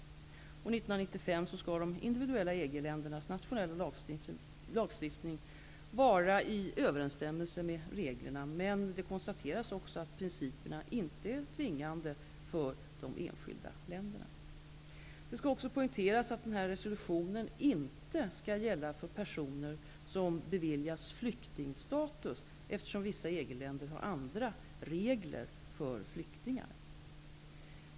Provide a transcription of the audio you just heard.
1995 skall de individuella EG-ländernas nationella lagstiftning vara i överensstämmelse med reglerna, men det konstateras också att principerna inte är tvingande för de enskilda länderna. Det skall också poängteras att denna resolution inte skall gälla för personer som beviljats flyktingstatus, eftersom vissa EG-länder har andra regler för flyktingar.